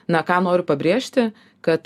na ką noriu pabrėžti kad